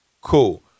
Cool